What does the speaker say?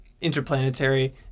interplanetary